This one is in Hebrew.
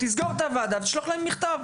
תסגור את הוועדה ותשלח להם מכתב.